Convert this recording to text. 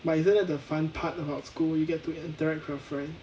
but isn't that the fun part about school you get to interact with your friend